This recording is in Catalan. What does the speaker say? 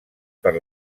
per